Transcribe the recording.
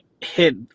hit